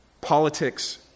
Politics